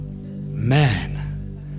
man